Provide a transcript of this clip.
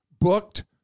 booked